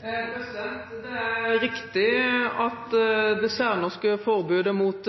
Det er riktig at det særnorske forbudet mot